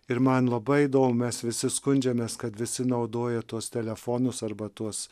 ir man labai įdom mes visi skundžiamės kad visi naudoja tuos telefonus arba tuos